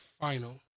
final